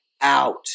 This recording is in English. out